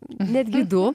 netgi du